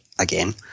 again